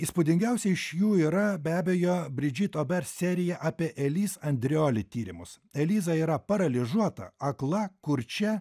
įspūdingiausia iš jų yra be abejo bridžit ober serija apie elys andrioli tyrimus eliza yra paralyžiuota akla kurčia